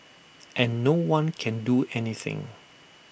and no one can do anything